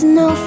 no